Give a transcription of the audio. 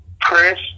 Chris